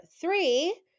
three